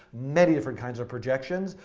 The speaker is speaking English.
many different kinds of projections.